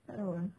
tak tahu ah